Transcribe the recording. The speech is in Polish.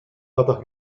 latach